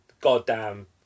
Goddamn